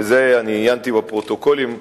עיינתי בפרוטוקולים,